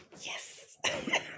Yes